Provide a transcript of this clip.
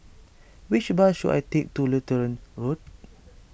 which bus should I take to Lutheran Road